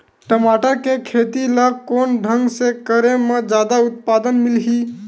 टमाटर के खेती ला कोन ढंग से करे म जादा उत्पादन मिलही?